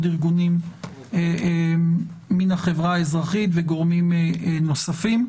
ארגונים מן החברה האזרחית וגורמים נוספים.